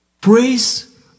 Praise